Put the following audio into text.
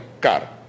car